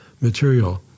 material